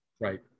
Right